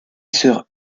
sœur